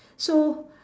so